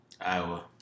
Iowa